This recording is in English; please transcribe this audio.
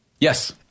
Yes